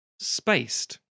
Spaced